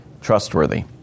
trustworthy